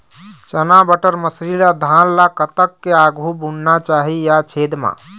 चना बटर मसरी ला धान ला कतक के आघु बुनना चाही या छेद मां?